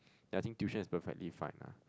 then I think tuition is perfectly fine lah